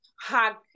hug